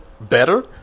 better